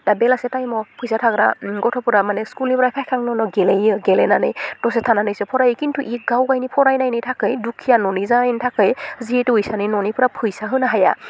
दा बेलासे टाइमआव फैसा थाग्रा गथ'फोरा माने स्कुलनिफ्राय फाइखांनायनि उनाव गेलेयो गेलेनानै दसे थानानैसो फरायो खिन्थु इ गावबाइनि फरायनायनि थाखै दुखिया ननि जानायनि थाखै जिहेतु इसानि ननिफोरा फैसा होनो हाया